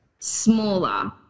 smaller